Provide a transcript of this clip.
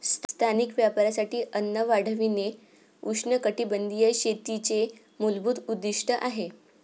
स्थानिक वापरासाठी अन्न वाढविणे उष्णकटिबंधीय शेतीचे मूलभूत उद्दीष्ट आहे